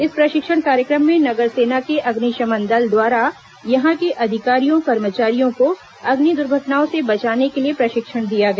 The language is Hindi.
इस प्रशिक्षण कार्यक्रम में नगर सेना के अग्नि शमन दल द्वारा यहां के अधिकारियों कर्मचारियों को अग्नि द्र्घटनाओं से बचाने के लिए प्रशिक्षण दिया गया